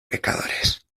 pecadores